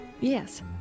Yes